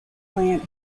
plant